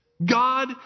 God